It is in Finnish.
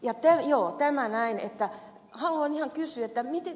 kyllä tämä se oli haluan ihan kysyä